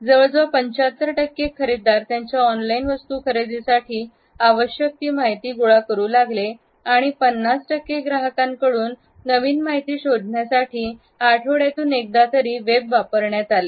जवळजवळ 75 टक्के खरेदीदार त्यांच्या ऑनलाइन वस्तू खरेदीसाठी आवश्यक ती माहिती गोळा करू लागले आणि आणि 50 टक्के ग्राहकांकडून नवीन माहिती शोधण्यासाठी आठवड्यातून एकदा तरी वेब वापरण्यात आले